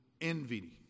envy